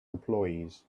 employees